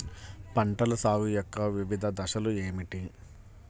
పంటల సాగు యొక్క వివిధ దశలు ఏమిటి?